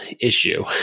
issue